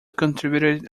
contributed